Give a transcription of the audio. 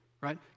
right